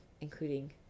Including